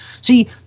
See